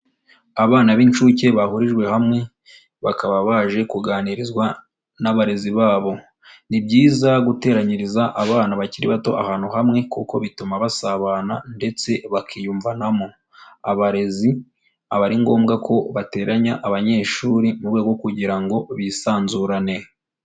Abana b'incuke bahurijwe hamwe, bakaba baje kuganirizwa n'abarezi babo, ni byiza guteranyiriza abana bakiri bato ahantu hamwe kuko bituma basabana ndetse bakiyumvanamo, abarezi aba ari ngombwa ko bateranya abanyeshuri mu rwego rwo kugira ngo bisanzurane.